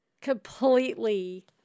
completely